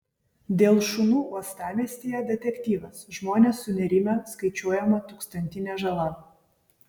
dėl šunų uostamiestyje detektyvas žmonės sunerimę skaičiuojama tūkstantinė žala